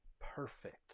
perfect